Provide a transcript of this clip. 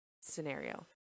scenario